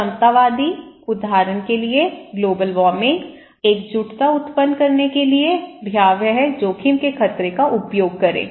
समतावादी उदाहरण के लिए ग्लोबल वार्मिंग एकजुटता उत्पन्न करने के लिए भयावह जोखिम के खतरे का उपयोग करें